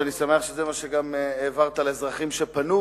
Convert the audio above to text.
ואני שמח שזה מה שגם העברת לאזרחים שפנו,